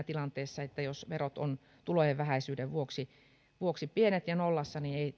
tilanteessa jossa verot ovat tulojen vähäisyyden vuoksi vuoksi pienet tai nollassa ei